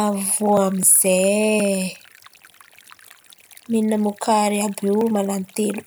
avy iô amin'izay mihin̈à mokary àby io mahalan̈y telo.